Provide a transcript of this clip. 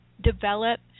develop